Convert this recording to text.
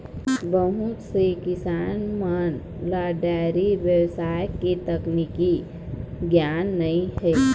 बहुत से किसान मन ल डेयरी बेवसाय के तकनीकी गियान नइ हे